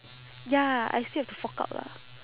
ya I still have to fork out lah